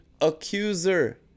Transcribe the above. Accuser